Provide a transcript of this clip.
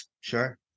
Sure